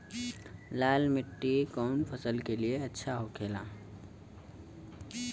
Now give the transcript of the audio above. लाल मिट्टी कौन फसल के लिए अच्छा होखे ला?